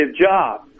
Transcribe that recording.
job